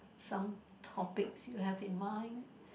some topics you have in mind